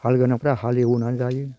हाल गोनांफ्रा हालएवनानै जायो